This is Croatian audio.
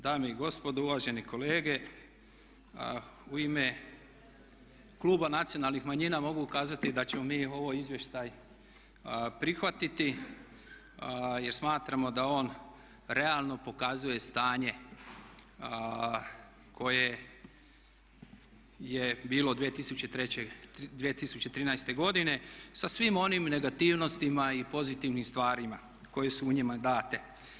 Dame i gospodo, uvaženi kolege u ime kluba Nacionalnih manjina mogu kazati da ćemo mi ovo izvješće prihvatiti jer smatramo da on realno pokazuje stanje koje je bio 2013.godine sa svim onim negativnostima i pozitivnim stvarima koje su u njima date.